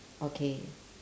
okay